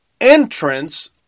entrance